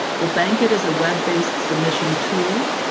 well, bankit is a web-based submission tool,